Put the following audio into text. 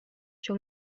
sur